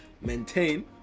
maintain